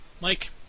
Mike